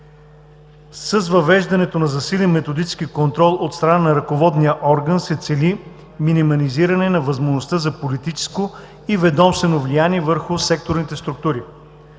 С въвеждането на засилен методически контрол от страна на ръководния орган се цели минимизиране на възможността за политическо и ведомствено влияние върху секторните структури.